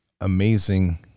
amazing